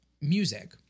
Music